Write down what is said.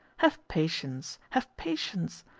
have patience, have patience.